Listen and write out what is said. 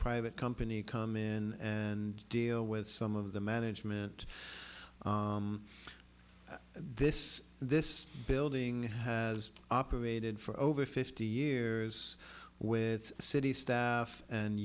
private company come in and deal with some of the management this this building has operated for over fifty years with city staff and